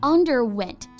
Underwent